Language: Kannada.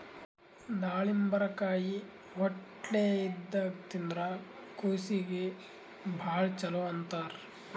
ದಾಳಿಂಬರಕಾಯಿ ಹೊಟ್ಲೆ ಇದ್ದಾಗ್ ತಿಂದ್ರ್ ಕೂಸೀಗಿ ಭಾಳ್ ಛಲೋ ಅಂತಾರ್